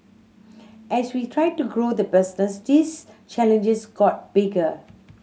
as we tried to grow the business these challenges got bigger